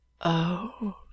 Oh